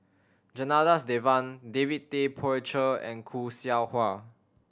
Janadas Devan David Tay Poey Cher and Khoo Seow Hwa